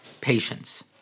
patience